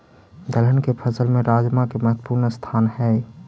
दलहन के फसल में राजमा के महत्वपूर्ण स्थान हइ